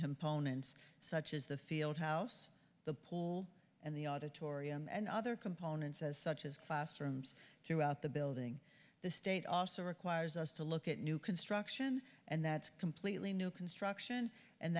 him ponens such as the field house the pole and the auditorium and other components as such as classrooms throughout the building the state also requires us to look at new construction and that's completely new construction and